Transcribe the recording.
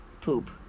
Poop